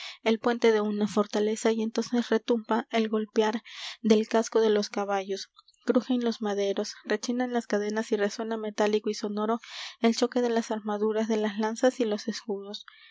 el puente de una fortaleza y entonces retumba el golpear del casco de los caballos crujen los maderos rechinan las cadenas y resuena metálico y sonoro el choque de las armaduras de las lanzas y los escudos á